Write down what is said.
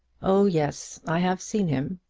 oh yes i have seen him.